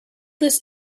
this